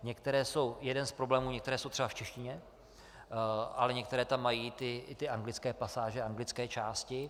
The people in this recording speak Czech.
Některé jsou, jeden z problémů, některé jsou třeba v češtině, ale některé tam mají i ty anglické pasáže, anglické části.